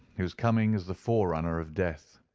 whose coming is the forerunner of death.